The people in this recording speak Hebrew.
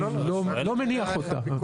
אני לא מניח אותה.